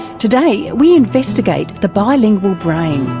today we investigate the bilingual brain.